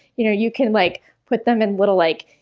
you know you can like put them in little, like,